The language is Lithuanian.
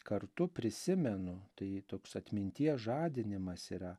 kartu prisimenu tai toks atminties žadinimas yra